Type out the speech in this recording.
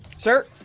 sir